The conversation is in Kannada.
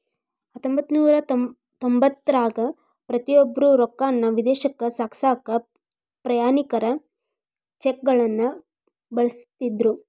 ಹತ್ತೊಂಬತ್ತನೂರ ತೊಂಬತ್ತರಾಗ ಪ್ರತಿಯೊಬ್ರು ರೊಕ್ಕಾನ ವಿದೇಶಕ್ಕ ಸಾಗ್ಸಕಾ ಪ್ರಯಾಣಿಕರ ಚೆಕ್ಗಳನ್ನ ಬಳಸ್ತಿದ್ರು